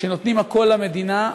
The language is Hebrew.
שנותנים הכול למדינה,